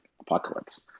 apocalypse